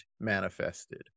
manifested